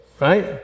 Right